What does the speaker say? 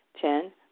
Ten